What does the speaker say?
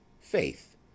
Faith